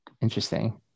Interesting